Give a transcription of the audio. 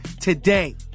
today